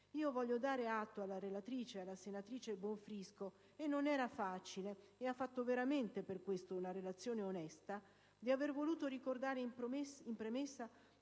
Voglio dare atto alla relatrice, senatrice Bonfrisco - non era facile, ha fatto veramente per questo una relazione onesta - di aver voluto ricordare in premessa